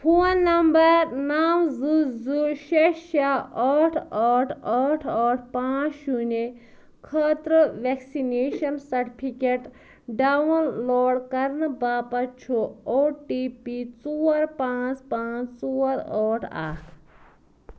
phone number نَو زٕ زٕ شےٚ شےٚ ٲٹھ ٲٹھ ٲٹھ ٲٹھ پانٛژھ شوٗنے خٲطرٕ وٮ۪کسِنیشَن سرٹِفکٮ۪ٹ ڈاوُن لوڈ کرنہٕ باپتھ چھُ او ٹی پی ژور پانٛژھ پانٛژھ ژور ٲٹھ اَکھ